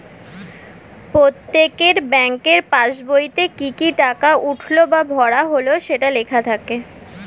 প্রত্যেকের ব্যাংকের পাসবইতে কি কি টাকা উঠলো বা ভরা হলো সেটা লেখা থাকে